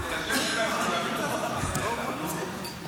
כן.